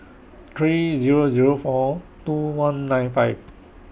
three Zero Zero four two one nine five